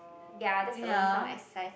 ya that's the only form of exercise